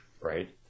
right